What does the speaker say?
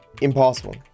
impossible